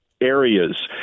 areas